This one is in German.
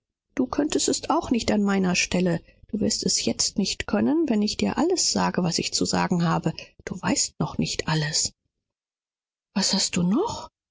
du könntest es auch nicht in meiner stelle du kannst es jetzt nicht wenn ich dir alles gesagt habe was ich zu sagen habe du weißt noch nicht alles was kann denn jetzt noch